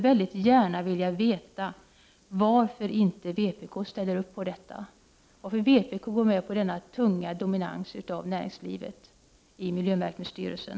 Jag skulle gärna vilja veta varför vpk inte ställer sig bakom reservationen, utan går med på denna tunga dominans av näringslivet i miljömärkningsstyrelsen.